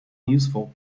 useful